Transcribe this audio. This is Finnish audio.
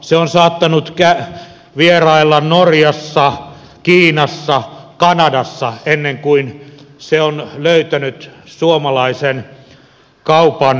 se on saattanut vierailla norjassa kiinassa kanadassa ennen kuin se on löytänyt suomalaisen kaupan kylmätiskille